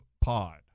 Pod